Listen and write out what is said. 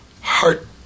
Heart